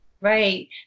Right